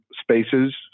spaces